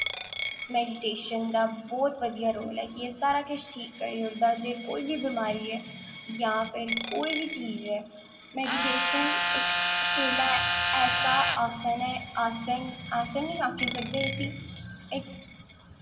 meditation दा बहोत बधियै रोल ऐ कि एह् सारा किश ठीक करी ओड़दा जे कोई बी बमारी ऐ जां फिर कोई बी चीज़ ऐ मेडिटेशन इक अकेला इक ऐसा आसन ऐ आसन आसन निं आखी सकदे इसी इक